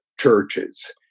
churches